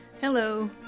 Hello